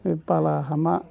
बे बाला हामा